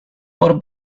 por